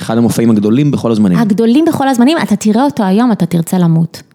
אחד המופעים הגדולים בכל הזמנים. הגדולים בכל הזמנים, אתה תראה אותו היום ואתה תרצה למות.